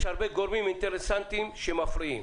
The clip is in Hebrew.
יש הרבה גורמים אינטרסנטיים שמפריעים.